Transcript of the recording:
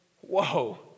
Whoa